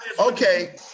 okay